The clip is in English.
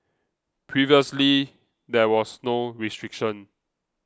previously there was no restriction